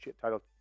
title